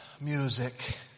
Music